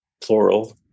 plural